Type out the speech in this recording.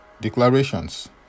Declarations